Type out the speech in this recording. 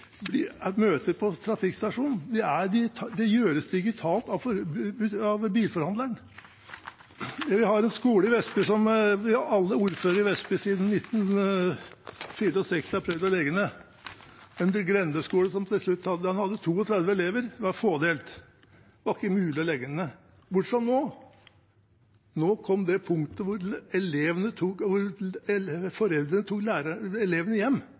på trafikkstasjonen. Det gjøres digitalt av bilforhandleren. Vi har en skole i Vestby som alle ordførere i Vestby siden 1964 har prøvd å legge ned, en grendeskole som til slutt hadde 32 elever, den var fådelt. Det var ikke mulig å legge den ned – bortsett fra nå, nå kom man til det punktet hvor foreldrene tok